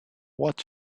what